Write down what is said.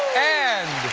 and,